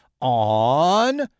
on